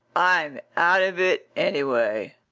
i'm out of it anyway.